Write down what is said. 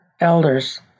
elders